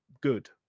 good